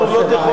אל תפריע.